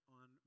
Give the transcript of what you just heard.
on